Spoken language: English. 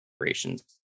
operations